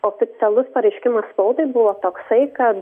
oficialus pareiškimas spaudai buvo toksai kad